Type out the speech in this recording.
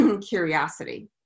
curiosity